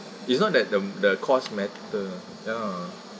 it's not the um the cost matter ya